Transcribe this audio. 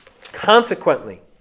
Consequently